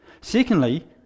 Secondly